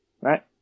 right